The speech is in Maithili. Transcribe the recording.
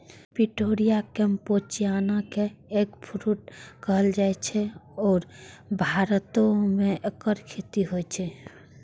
पुटेरिया कैम्पेचियाना कें एगफ्रूट कहल जाइ छै, आ भारतो मे एकर खेती होइ छै